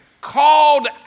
called